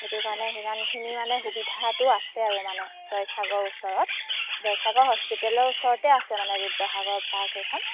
সেইটো কাৰণে সিমানখিনি মানে সুবিধাটো আছে আৰু মানে জয়সাগৰৰ ওচৰত জয়সাগৰ হস্পিটেলৰ ওচৰতে আছে মানে ৰুদ্ৰসাগৰ পাৰ্ক এখন